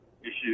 issues